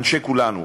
אנשי כולנו.